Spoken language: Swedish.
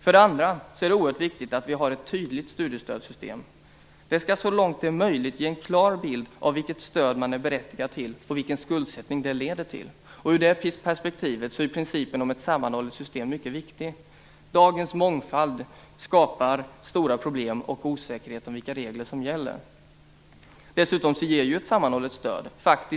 För det andra är det oerhört viktigt att vi har ett tydligt studiestödssystem. Det skall så långt det är möjligt ge en klar bild av vilket stöd man är berättigad till och vilken skuldsättning det leder till. Ur det perspektivet är principen om ett sammanhållet system mycket viktig. Dagens mångfald skapar stora problem och osäkerhet om vilka regler som gäller. Dessutom ger ett sammanhållet stöd